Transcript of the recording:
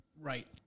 Right